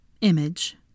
image